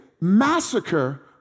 massacre